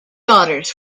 daughters